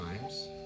times